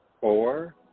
four